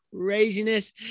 craziness